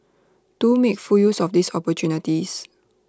do make full use of these opportunities